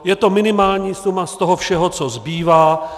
Je to minimální suma z toho všeho, co zbývá.